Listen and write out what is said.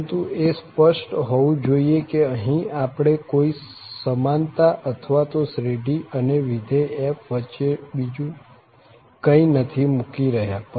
પરંતુ એ સ્પષ્ટ હોવું જોઈએ કે અહીં આપણે કોઈ સમાનતા અથવા તો શ્રેઢી અને વિધેય f વચ્ચે બીજુ કંઈ નથી મૂકી રહ્યા